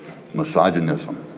misogynism.